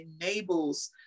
enables